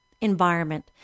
environment